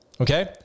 Okay